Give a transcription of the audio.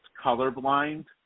colorblind